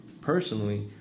personally